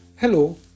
Hello